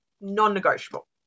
non-negotiable